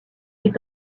est